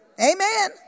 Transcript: Amen